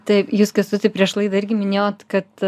taip jūs kęstuti prieš laidą irgi minėjot kad